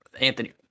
Anthony